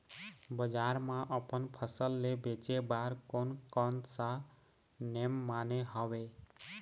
बजार मा अपन फसल ले बेचे बार कोन कौन सा नेम माने हवे?